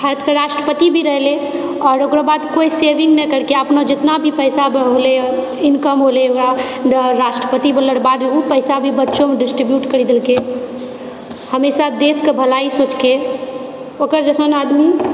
भारतकऽ राष्ट्रपति भी रहलै और ओकरो बाद कोइ सेविङ्ग नै करिके अपनो जेतना भी पैसा होलै इनकम होलै ओकरा राष्ट्रपति बनलाके बाद ऊ पैसा भी बच्चोमे डिस्ट्रीब्यूट करी देलकै हमेशा देशके भलाइ सोचके ओकर जैसन आदमी